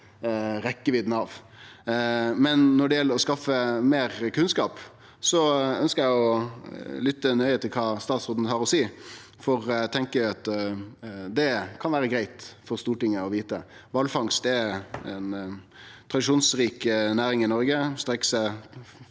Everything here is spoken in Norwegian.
av. Når det gjeld å skaffe meir kunnskap, ønsker eg å lytte nøye til kva statsråden har å seie, for eg tenkjer at det kan vere greitt for Stortinget å vite. Kvalfangst er ei tradisjonsrik næring i Noreg